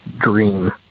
dream